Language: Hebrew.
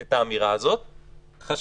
אבל הפעילות הזאת מתנהגת כמו בית ספר.